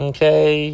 Okay